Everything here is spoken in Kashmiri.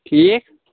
ٹھیٖک